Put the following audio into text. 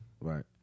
Right